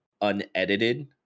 unedited